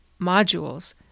modules